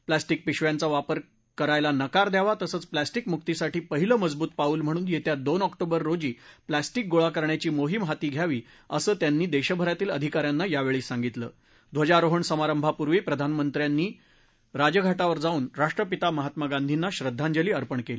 plastic पिशव्यांचा वापर करायला नकार द्यावा तसंच प्लास्टिक मृक्ती साठी पहिलं मजबूत पाऊल म्हणून येत्या दोन ऑक्टोबर रोजी प्लास्टिक गोळा करण्याची मोहीम हाती घ्यावी असं त्यांनी देशभरातील अधिकाऱ्यांना यावेळी सांगितलं ध्वजारोहण समारंभापूर्वी प्रधानमंत्री यांनी राजघाटावर जाऊन राष्ट्रपिता महात्मा गांधीना श्रद्धांजली अर्पण केली